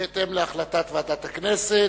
בהתאם להחלטת ועדת הכנסת.